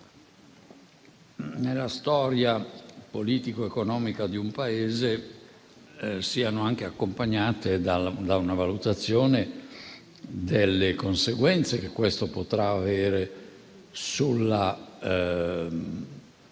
nella storia politico economica di un Paese siano anche accompagnate da una valutazione delle conseguenze che tutto ciò potrà avere sulla